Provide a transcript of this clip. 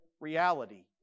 reality